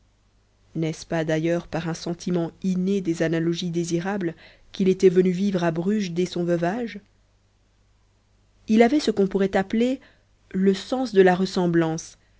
n'est-ce pas d'ailleurs par un sentiment inné des analogies désirables qu'il était venu vivre à bruges dès son veuvage il avait ce qu'on pourrait appeler le sens de la ressemblance